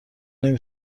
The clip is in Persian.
نمی